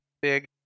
big